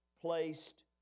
placed